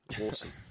Awesome